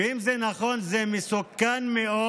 אם זה נכון, זה מסוכן מאוד,